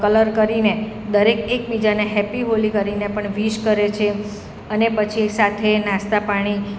colour કરીને દરેક એકબીજાને હેપી હોલી કરીને પણ વીશ કરે છે અને પછી સાથે નાસ્તા પાણી